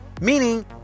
meaning